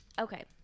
Okay